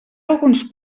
alguns